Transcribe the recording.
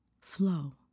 flow